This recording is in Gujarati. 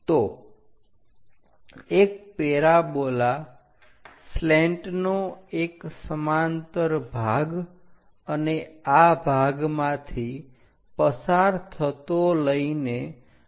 તો એક પેરાબોલા સ્લેંટ નો એક સમાંતર ભાગ અને આ ભાગમાંથી પસાર થતો લઈને રચી શકાય છે